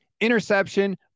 interception